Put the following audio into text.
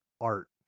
art